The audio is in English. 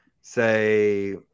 say